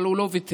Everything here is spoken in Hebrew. אבל הוא לא ויתר.